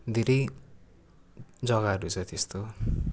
धेरै जगाहरू छ त्यस्तो